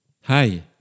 Hi